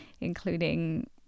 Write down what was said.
including